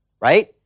right